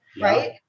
Right